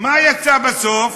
מה יצא בסוף?